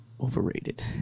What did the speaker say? overrated